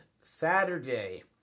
Saturday